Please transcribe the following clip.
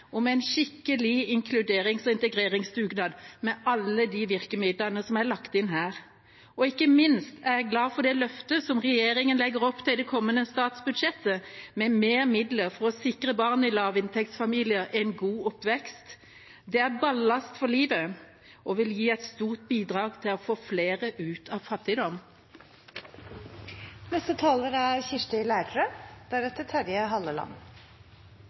en skikkelig inkluderings- og integreringsdugnad, med alle de virkemidlene som er lagt inn her. Ikke minst er jeg glad for det løftet som regjeringen legger opp til i det kommende statsbudsjettet, med mer midler for å sikre barn i lavinntektsfamilier en god oppvekst. Det er ballast for livet og vil gi et stort bidrag til å få flere ut av